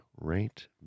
right